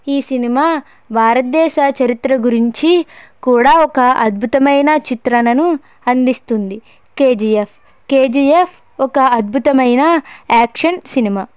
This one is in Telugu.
ఈ సినిమా భారతదేశ చరిత్ర గురించి కూడా ఒక అద్భుతమయిన చిత్రణను అందిస్తుంది కేజీఎఫ్ కేజీఎఫ్ ఒక అద్భుతమైన యాక్షన్ సినిమా